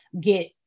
get